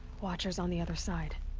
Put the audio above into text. watchers on the other side.